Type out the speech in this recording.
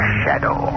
shadow